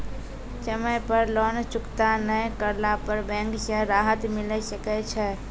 समय पर लोन चुकता नैय करला पर बैंक से राहत मिले सकय छै?